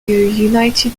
united